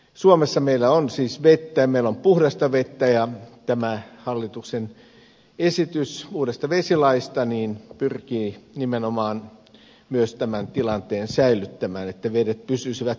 suomessa meillä on siis vettä ja meillä on puhdasta vettä ja tämä hallituksen esitys uudesta vesilaista pyrkii nimenomaan tämän tilanteen säilyttämään että vedet pysyisivät puhtaina